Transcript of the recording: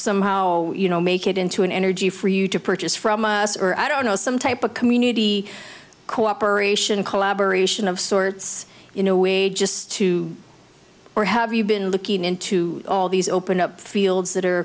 somehow you know make it into an energy for you to purchase from a us or i don't know some type of community cooperation collaboration of sorts in a way just to or have you been looking into all these open up fields that are